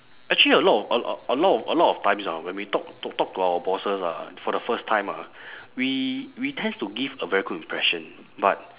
actually a lot of a a lot a lot of times ah when we talk talk talk to our bosses ah for the first time ah we we tend to give a very good impression but